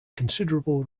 considerable